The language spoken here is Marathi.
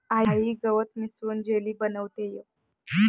आई गवत मिसळून जेली बनवतेय